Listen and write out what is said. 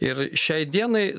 ir šiai dienai